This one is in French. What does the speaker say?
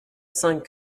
cinq